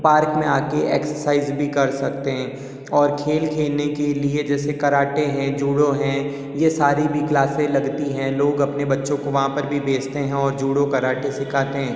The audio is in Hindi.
पार्क में आकर एक्सरसाइज़ भी कर सकते हैं और खेल खेलने के लिए जैसे कराटे हैं जूडो हैं ये सारी भी क्लासें लगती हैं लोग अपने बच्चों को वहाँ पर भी भेजते हैं और जूडो कराटे सिखाते हैं